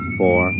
four